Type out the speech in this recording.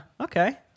Okay